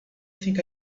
think